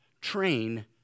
train